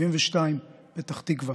בן 72, מפתח תקווה,